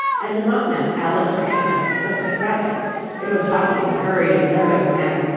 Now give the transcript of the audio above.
and among them alice recognised the white rabbit it was talking in a hurried nervous manner,